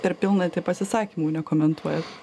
per pilnatį pasisakymų nekomentuojat